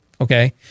okay